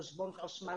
חשבון חשמל,